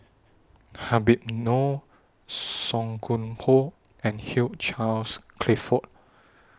Habib Noh Song Koon Poh and Hugh Charles Clifford